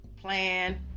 plan